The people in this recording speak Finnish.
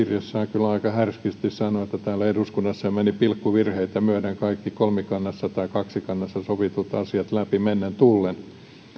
kyllä aika härskisti sanoi että täällä eduskunnassa menivät pilkkuvirheitä myöden kaikki kolmikannassa tai kaksikannassa sovitut asiat läpi mennen tullen noin